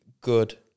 good